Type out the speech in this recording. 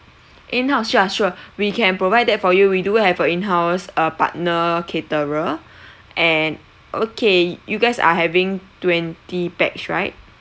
in house sure sure we can provide that for you we do have a in house uh partner caterer and okay you guys are having twenty pax right